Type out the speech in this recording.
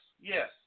yes